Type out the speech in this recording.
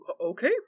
okay